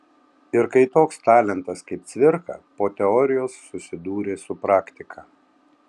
ir kai toks talentas kaip cvirka po teorijos susidūrė su praktika